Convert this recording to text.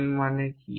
n মানে কি